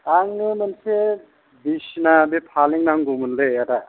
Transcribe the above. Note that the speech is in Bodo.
आंनो मोनसे बिसना फालें नांगौमोनलै आदा